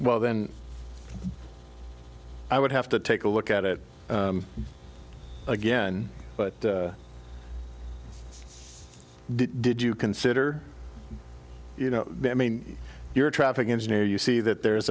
well then i would have to take a look at it again but did you consider you know i mean you're a traffic engineer you see that there